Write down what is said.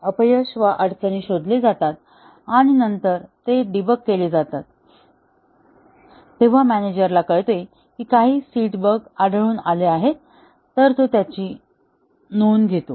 अपयश वा अडचणी शोधले जातात आणि नंतर ते डीबग केले जातात आणि तेव्हा मॅनेजरला कळते की काही सीड बग्स आढळून आले आहेत तर तो त्याची नोंद घेतो